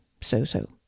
so-so